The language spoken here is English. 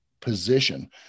position